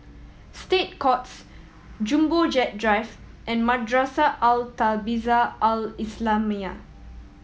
State Courts Jumbo Jet Drive and Madrasah Al Tahzibiah Al Islamiah